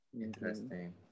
Interesting